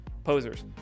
Posers